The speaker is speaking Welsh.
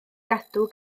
gadw